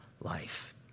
life